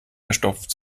verstopft